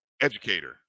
educator